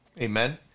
Amen